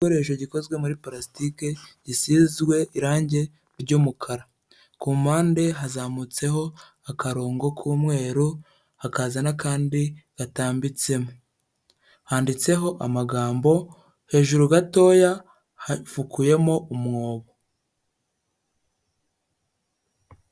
Igikoresho gikozwe muri parasitike gisizwe irange ry'umukara, ku mpande hazamutseho akarongo k'umweru hakaza n'akandi gatambitsemo, handitseho amagambo, hejuru gatoya hafukuyemo umwobo.